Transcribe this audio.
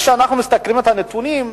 כשאנחנו מסתכלים על הנתונים,